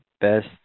best